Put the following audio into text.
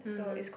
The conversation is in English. mmhmm